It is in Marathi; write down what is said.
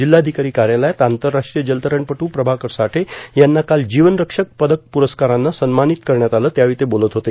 जिल्हाधिकारी कार्यालयात आंतरराष्ट्रीय जलतरणपटू प्रभाकर साठे यांना काल जीवनरक्षक पदक पुरस्कारानं सन्मानित करण्यात आलं त्यावेळी ते बोलत होते